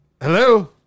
hello